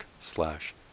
slash